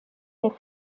est